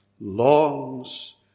longs